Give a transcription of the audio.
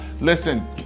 Listen